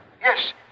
Yes